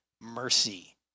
mercy